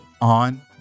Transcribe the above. on